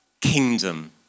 kingdom